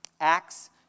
Acts